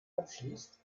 abschließt